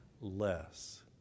less